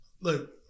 look